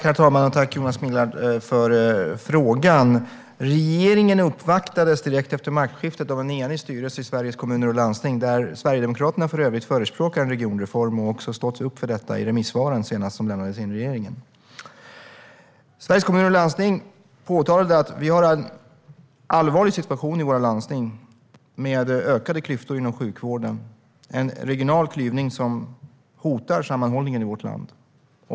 Herr talman! Tack, Jonas Millard, för frågan! Regeringen uppvaktades direkt efter maktskiftet av en enig styrelse i Sveriges Kommuner och Landsting - där för övrigt Sverigedemokraterna förespråkar en regionreform och står upp för detta i de remissvar som senast lämnades till regeringen. Sveriges Kommuner och Landsting påtalade att vi har en allvarlig situation i våra landsting med ökade klyftor inom sjukvården och en regional klyvning som hotar sammanhållningen i vårt land.